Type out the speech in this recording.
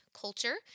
culture